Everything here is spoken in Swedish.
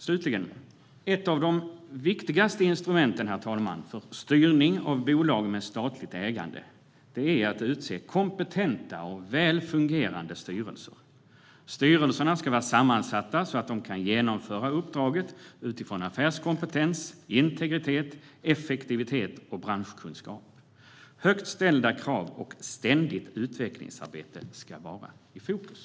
Slutligen, herr talman: Ett av de viktigaste instrumenten för styrning av bolag med statligt ägande är att utse kompetenta och väl fungerande styrelser. Styrelserna ska vara sammansatta så att de kan genomföra uppdraget utifrån affärskompetens, integritet, effektivitet och branschkunskap. Högt ställda krav och ständigt utvecklingsarbete ska vara i fokus.